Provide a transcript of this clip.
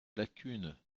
lacune